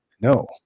no